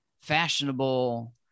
fashionable